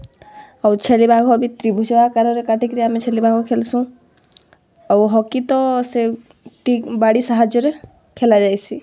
ଆଉ ଛେଲିବାଘ ବି ତ୍ରିଭୁଜ ଆକାରରେ କାଟିକିରି ଆମେ ଛେଲି ବାଘ ଖେଲସୁଁ ଆଉ ହକି ତ ସେ ବାଡ଼ି ସାହାଯ୍ୟରେ ଖେଲା ଯାଏସି